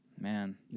Man